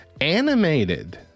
animated